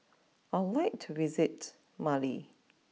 I would like to visit Male